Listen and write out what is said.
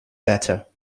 better